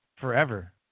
forever